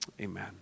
amen